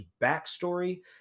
backstory